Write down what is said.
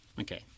Okay